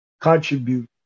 contribute